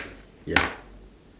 ya